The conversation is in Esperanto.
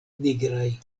nigraj